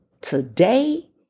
today